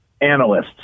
analysts